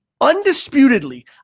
undisputedly –